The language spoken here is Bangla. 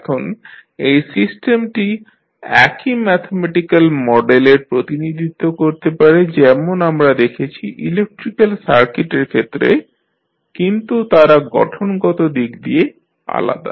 এখন এই সিস্টেমটি একই ম্যাথমেটিক্যাল মডেলের প্রতিনিধিত্ব করতে পারে যেমন আমরা দেখেছি ইলেকট্রিক্যাল সার্কিটের ক্ষেত্রে কিন্তু তারা গঠনগত দিক দিয়ে আলাদা